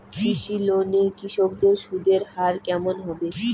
কৃষি লোন এ কৃষকদের সুদের হার কেমন হবে?